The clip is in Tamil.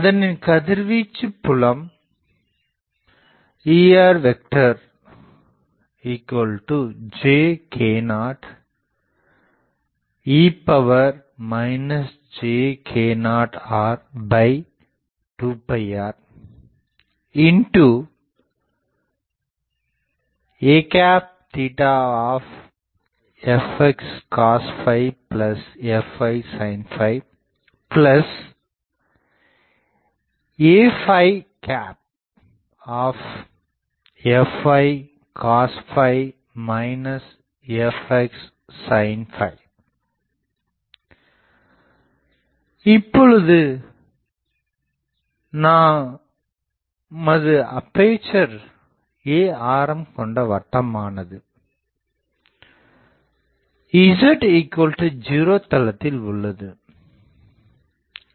அதனின் கதிர்வீச்சு புலம் Erjk0e jk0r2rafxcosfysinafycos fxsin இப்போது நமது அப்பேசர் a ஆரம் கொண்ட வட்டமானது z 0 தளத்தில் உள்ளது